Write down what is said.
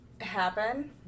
happen